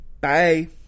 Bye